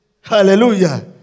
Hallelujah